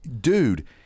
dude